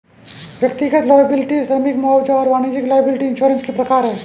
व्यक्तिगत लॉयबिलटी श्रमिक मुआवजा और वाणिज्यिक लॉयबिलटी इंश्योरेंस के प्रकार हैं